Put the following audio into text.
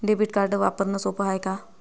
Debit card वापरणं सोप हाय का?